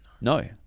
No